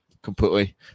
Completely